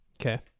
Okay